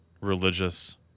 religious